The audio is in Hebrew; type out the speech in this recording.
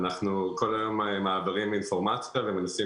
אנחנו כל היום מעבירים אינפורמציה ומנסים